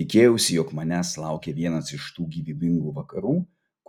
tikėjausi jog manęs laukia vienas iš tų gyvybingų vakarų